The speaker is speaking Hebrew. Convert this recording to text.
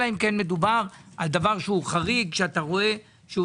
אלא אם כן מדובר בדבר חריג שאתה רואה שהוא